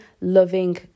loving